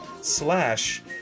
slash